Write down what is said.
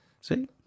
See